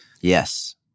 Yes